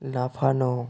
লাফানো